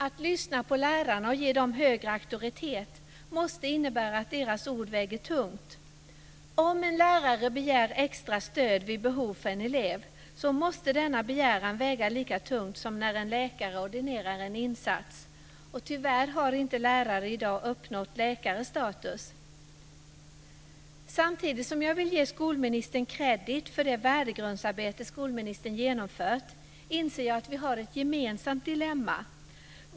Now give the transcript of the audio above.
Att lyssna på lärarna och ge dem högre auktoritet måste innebära att deras ord väger tungt. Om en lärare begär extra stöd vid behov för en elev, måste denna begäran väga lika tungt som när en läkare ordinerar en insats. Tyvärr har inte en lärare i dag uppnått samma status som en läkare. Samtidigt som jag vill ge skolministern kredit för det värdegrundsarbete skolministern genomfört, inser jag att vi har ett gemensamt dilemma.